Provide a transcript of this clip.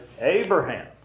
Abraham